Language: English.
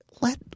let